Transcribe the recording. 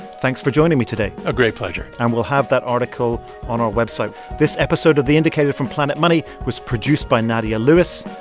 thanks for joining me today a great pleasure and we'll have that article on our website. this episode of the indicator from planet money was produced by nadia lewis.